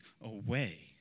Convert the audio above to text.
away